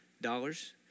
dollars